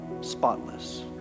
spotless